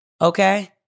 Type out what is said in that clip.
Okay